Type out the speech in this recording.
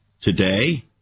Today